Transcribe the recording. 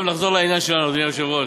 טוב, נחזור לעניין שלנו, אדוני היושב-ראש,